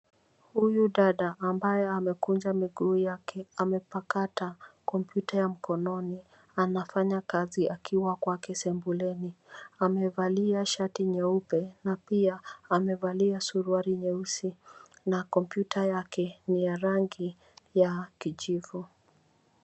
Huyu dada ambaye amekunja miguu yake amepakata kompyuta ya mkononi, anafanya kazi akiwa kwake sembuleni. Amevalia shati nyeupe na pia amevalia suruali nyeusi, na kompyuta yake ni ya rangi ya kijivu.